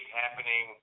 happening